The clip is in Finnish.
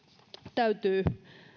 täytyy